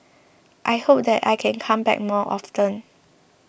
I hope that I can come back more often